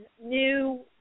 new